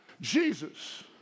Jesus